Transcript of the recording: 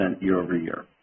year-over-year